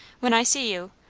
when i see you.